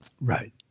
Right